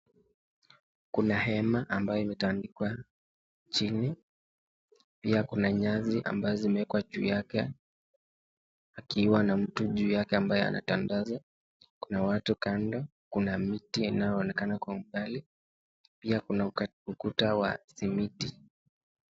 Kuna hema ambaye imetandikwa chini, pia kuna nyasi ambayo zimeekwa juu yake pakiwa na mtu juu yake akiwa anatandaza. Kuna watu kando Kuna miti ambaye inaonekana kwa umbali, pia kuna ukuta wa simiti.